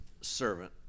servant